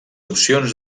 opcions